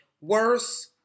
worse